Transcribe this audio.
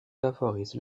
favorise